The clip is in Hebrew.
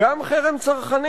גם חרם צרכנים.